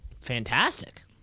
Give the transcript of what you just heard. Fantastic